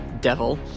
devil